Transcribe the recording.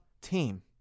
team